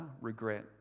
regret